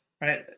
right